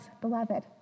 beloved